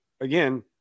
again